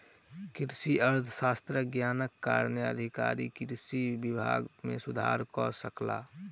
कृषि अर्थशास्त्रक ज्ञानक कारणेँ अधिकारी कृषि विभाग मे सुधार कय सकला